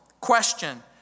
Question